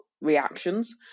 reactions